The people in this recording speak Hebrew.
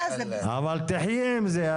אבל תחיי עם זה,